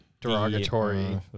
derogatory